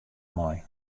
mei